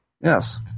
Yes